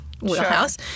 wheelhouse